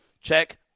check